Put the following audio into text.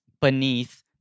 beneath